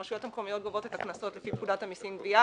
הרשויות המקומיות גובות את הקנסות לפי פקודת המסים (גבייה).